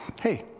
Hey